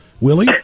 Willie